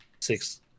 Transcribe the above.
six